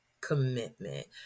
commitment